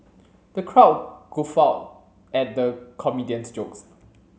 the crowd guffawed at the comedian's jokes